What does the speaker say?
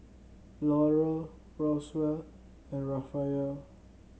Laurel Roswell and Raphael